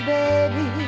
baby